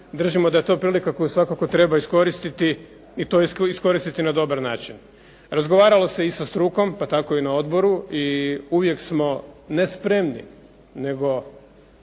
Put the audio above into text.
držimo da je to prilika koju svakako treba iskoristiti i to iskoristiti na dobar način. Razgovaralo se i sa strukom, pa tako i na odboru i uvijek smo ne spremni, nego